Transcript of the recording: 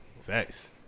Facts